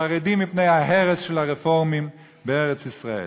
חרדים מפני ההרס של הרפורמים בארץ-ישראל.